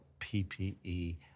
PPE